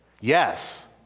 Yes